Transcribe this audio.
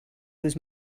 was